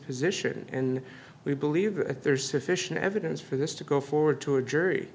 position and we believe there is sufficient evidence for this to go forward to a jury